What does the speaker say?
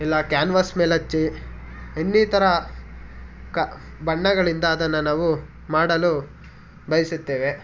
ಇಲ್ಲ ಕ್ಯಾನ್ವರ್ಸ್ ಮೇಲೆ ಹಚ್ಚಿ ಇನ್ನಿತರ ಕಾ ಬಣ್ಣಗಳಿಂದ ಅದನ್ನ ನಾವು ಮಾಡಲು ಬಯಸುತ್ತೇವೆ